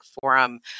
forum